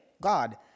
God